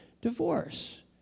divorce